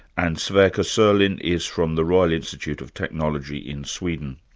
and sverker sorlin is from the royal institute of technology in sweden.